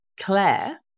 Claire